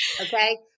okay